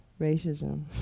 racism